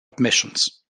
admissions